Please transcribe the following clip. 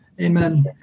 amen